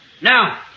Now